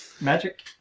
Magic